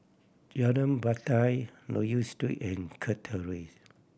Jalan Batai Loke Yew Street and Kirk Terrace